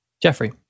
Jeffrey